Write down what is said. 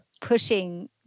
pushing